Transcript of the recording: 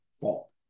fault